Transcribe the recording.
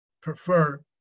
prefer